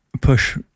push